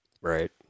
Right